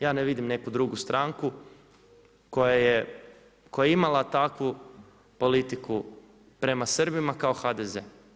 Ja ne vidim neku drugu stranku koja je imala takvu politiku prema Srbima kao HDZ.